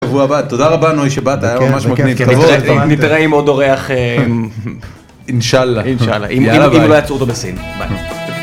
תודה רבה, נוי, שבאת, היה ממש מגניב, כבוד. נתראה עם עוד אורח אינשאללה. אינשאללה, אם לא יעצרו אותו בסין.